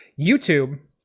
YouTube